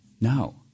No